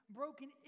broken